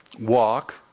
walk